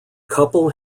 couple